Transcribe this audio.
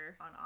on